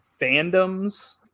fandoms